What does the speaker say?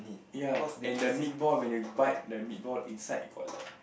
ya and the meatball when you bite the meatball inside got like